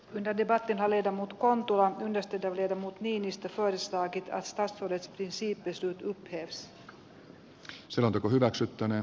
wrede varten hallita mutkaan tullaa nesteitä viedä mut niinistö toistaa kiitos taas todettiin sitte se ehdotuksista on äänestettävä